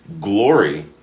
glory